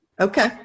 Okay